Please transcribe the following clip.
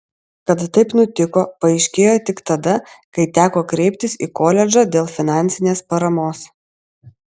kad taip nutiko paaiškėjo tik tada kai teko kreiptis į koledžą dėl finansinės paramos